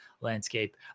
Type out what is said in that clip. landscape